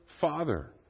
father